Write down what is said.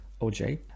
OJ